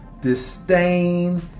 disdain